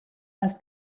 els